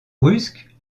brusque